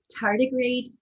tardigrade